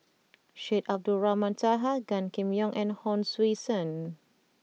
Syed Abdulrahman Taha Gan Kim Yong and Hon Sui Sen